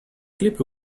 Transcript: clip